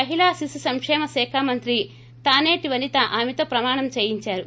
మహిళా శిశు సంక్షేమ శాఖ మంత్రి తానేటి వనిత ఆమెతో ప్రమాణం చేయించారు